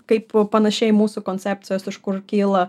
kaip panašiai mūsų koncepcijos iš kur kyla